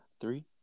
three